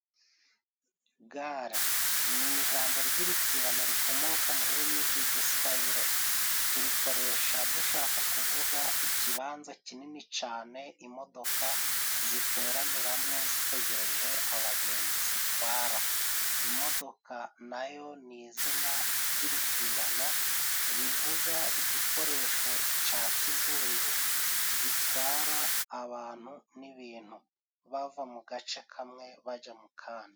Gare ni ijambo ry'iritirano rikomoka mu rurimi rw'igiswayire, turikoresha dushaka kuvuga ikibanza kinini cane imodoka ziteraniramwo zitegereje abagenzi zitwara. Imodoka nayo ni izina ry'iritirano rivuga igikoresho ca kizungu, gitwara abantu n'ibintu bava mu gace kamwe bajya mu kandi.